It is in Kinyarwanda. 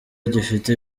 gifite